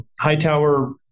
Hightower